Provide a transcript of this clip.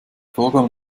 vorgaben